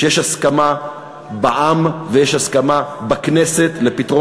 שיש הסכמה בעם ויש הסכמה בכנסת לפתרון